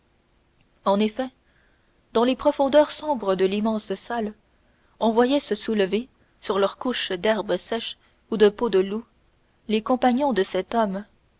en effet dans les profondeurs sombres de l'immense salle on voyait se soulever sur leurs couches d'herbes sèches ou de peaux de loup les compagnons de cet homme